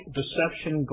deception